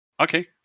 Okay